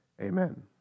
Amen